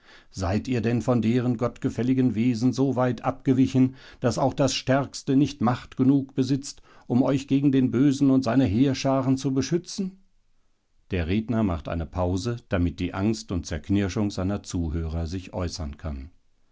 seid ihr denn von deren gottgefälligen wegen so weit abgewichen daß auch das stärkste nicht macht genug besitzt um euch gegen den bösen und seine heerscharen zu beschützen der redner macht eine pause damit die angst und zerknirschung seiner zuhörer sich äußern kann